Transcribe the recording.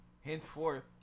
Henceforth